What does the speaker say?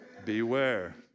beware